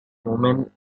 woman